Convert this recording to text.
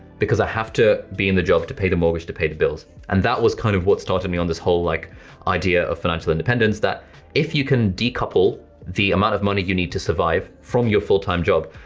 because i have to be in the job to pay the mortgage, to pay the bills. and that was kind of what started me on this whole like idea of financial independence that if you can decouple the amount of money you need to survive, from your full-time job,